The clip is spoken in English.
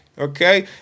Okay